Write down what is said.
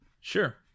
Sure